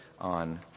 on